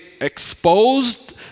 exposed